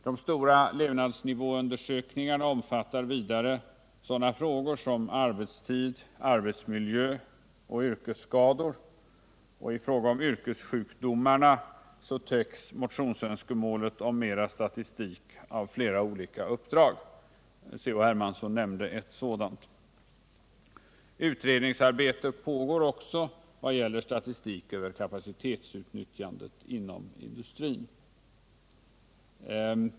De stora levnadsnivåundersökningarna omfattar vidare sådana frågor som arbetstid, arbetsmiljö och yrkesskador. I fråga om yrkessjukdomarna täcks motionsönskemålet om mera statistik av flera olika uppdrag C.-H. Hermansson nämnde ett sådant. Utredningsarbete pågår också vad gäller statistik över kapacitetsutnyttjandet inom industrin.